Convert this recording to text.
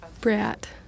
brat